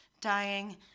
dying